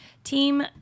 Team